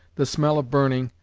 the smell of burning,